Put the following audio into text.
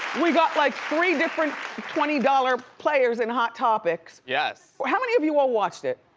we got like three different twenty dollars players in hot topics. yes. how many of you all watched it?